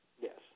Yes